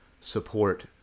support